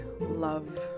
love